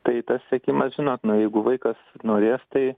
tai tas sekimas žinot na jeigu vaikas norės tai